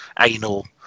anal